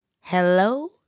Hello